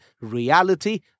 reality